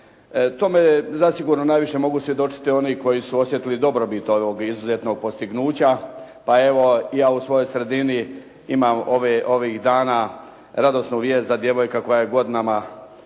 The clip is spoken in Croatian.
Tome zasigurno najviše mogu svjedočiti oni koji su osjetili dobrobit ovog izuzetnog postignuća, pa evo i ja u svojoj sredini imam ovih dana radosnu vijest da djevojka koja je godinama